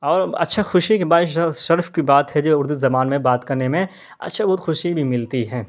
اور اچھا خوشی کی شرف کی بات ہے جو اردو زبان میں بات کرنے میں اچھا بہت خوشی بھی ملتی ہے